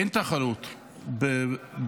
אין תחרות בבנקים.